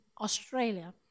Australia